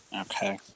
Okay